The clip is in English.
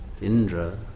Indra